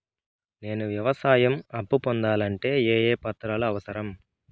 నేను వ్యవసాయం అప్పు పొందాలంటే ఏ ఏ పత్రాలు అవసరం?